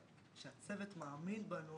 שהצוות מאמין בנו